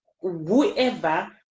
whoever